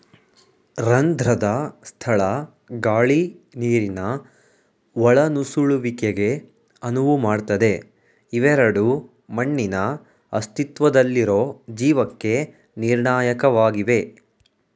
ರಂಧ್ರದ ಸ್ಥಳ ಗಾಳಿ ನೀರಿನ ಒಳನುಸುಳುವಿಕೆಗೆ ಅನುವು ಮಾಡ್ತದೆ ಇವೆರಡೂ ಮಣ್ಣಿನ ಅಸ್ತಿತ್ವದಲ್ಲಿರೊ ಜೀವಕ್ಕೆ ನಿರ್ಣಾಯಕವಾಗಿವೆ